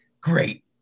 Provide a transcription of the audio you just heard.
great